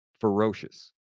ferocious